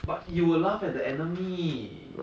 but you will laugh at the enemy